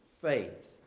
faith